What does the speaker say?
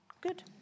Good